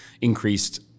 increased